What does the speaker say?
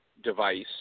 device